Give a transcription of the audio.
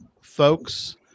folks